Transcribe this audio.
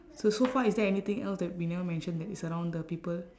so so far is there anything else that we never mention that is around the people